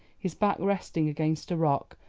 his back resting against a rock,